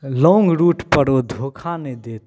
long रूटपर ओ धोखा नहि देत